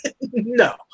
no